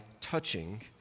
touching